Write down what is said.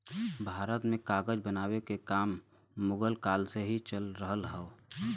भारत में कागज बनावे के काम मुगल काल से ही चल रहल हौ